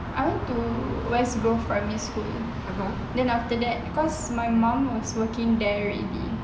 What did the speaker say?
I went to west grove primary school then after that cause my mum was working there already